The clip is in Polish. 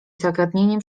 zagadnieniem